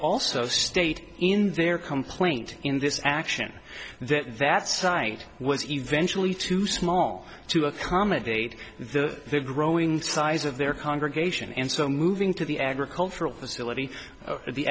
also state in their complaint in this action that that site was eventually too small to accommodate the growing size of their congregation and so moving to the agricultural facility at the